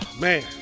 Man